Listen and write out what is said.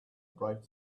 bright